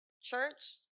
church